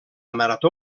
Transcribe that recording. marató